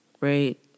right